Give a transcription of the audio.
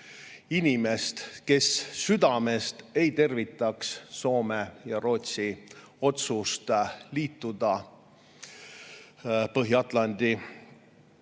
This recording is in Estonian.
inimest, kes südamest ei tervitaks Soome ja Rootsi otsust liituda Põhja‑Atlandi